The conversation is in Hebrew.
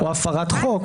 או הפרת חוק,